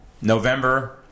November